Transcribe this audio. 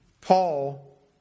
Paul